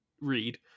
read